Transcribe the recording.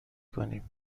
کنیم